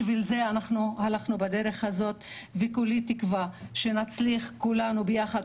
בשביל זה אנחנו הלכנו בדרך הזאת וכולי תקווה שנצליח כולנו ביחד.